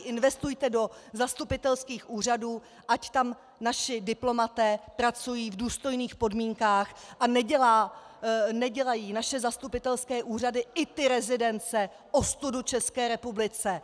Investujte do zastupitelských úřadů, ať tam naši diplomaté pracují v důstojných podmínkách a nedělají naše zastupitelské úřady, i ty rezidence ostudu České republice!